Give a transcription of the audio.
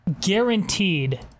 guaranteed